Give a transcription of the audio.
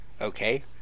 Okay